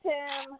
Tim